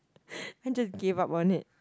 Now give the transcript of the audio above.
and just give up on it